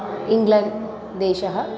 इङ्ग्लेण्ड्देशः